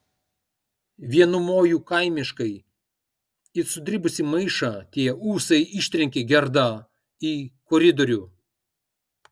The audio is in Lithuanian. vienu moju kaimiškai it sudribusį maišą tie ūsai ištrenkė gerdą į koridorių